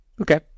Okay